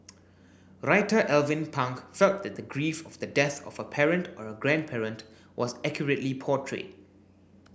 writer Alvin Pang felt that the grief of the death of a parent or a grandparent was accurately portrayed